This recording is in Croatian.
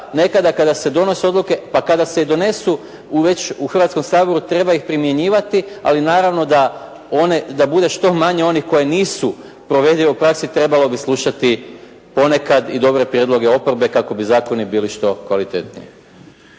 nekada donose odluke, pa kada se i donesu već u Hrvatskom saboru, treba ih primjenjivati, a naravno da bude što manje onih koje nisu provedive u praksi. Trebalo bi slušati ponekad i dobre prijedloge oporbe kako bi zakoni bili što kvalitetniji.